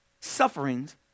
sufferings